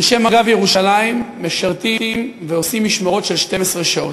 אנשי מג"ב ירושלים משרתים ועושים משמרות של 12 שעות.